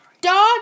Dog